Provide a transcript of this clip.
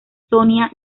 sonia